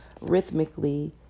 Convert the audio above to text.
rhythmically